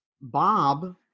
Bob